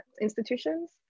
institutions